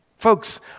Folks